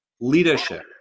leadership